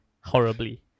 Horribly